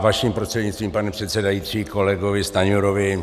Vaším prostřednictvím, pane předsedající, kolegovi Stanjurovi.